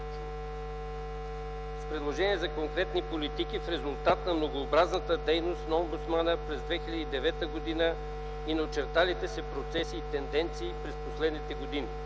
с предложения за конкретни политики в резултат на многообразната дейност на омбудсмана през 2009 г., и на очерталите се процеси и тенденции през последните години.